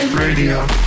Radio